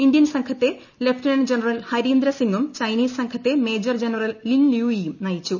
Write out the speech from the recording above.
കൂന്തൃൻ സംഘത്തെ lieutenant general Harindra സിംഗും ഉട്ച്ചനീ്സ് സംഘത്തെ മേജർ ജനറൽ ലിൻ ലൂയിയും നയിച്ചു